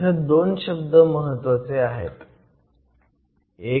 इथं 2 शब्द महत्वाचे आहेत